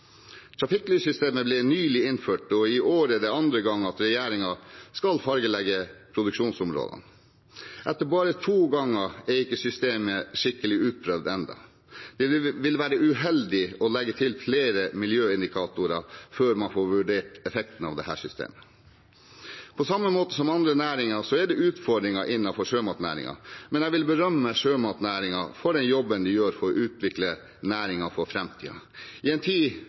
Trafikklyssystemet ble nylig innført, og i år er det andre gang regjeringen skal fargelegge produksjonsområdene. Etter bare to ganger er systemet ennå ikke skikkelig utprøvd. Det vil være uheldig å legge til flere miljøindikatorer før man får vurdert effekten av dette systemet. På samme måte som for andre næringer er det utfordringer innenfor sjømatnæringen, men jeg vil berømme sjømatnæringen for den jobben den gjør for å utvikle næringen for framtiden. I en tid